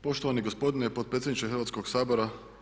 Poštovani gospodine potpredsjedniče Hrvatskog sabora.